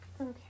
Okay